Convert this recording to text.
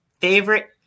favorite